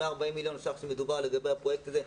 140 מיליון שקלים לפרויקט הזה,